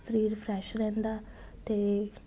ਸਰੀਰ ਫਰੈਸ਼ ਰਹਿੰਦਾ ਅਤੇ